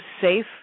safe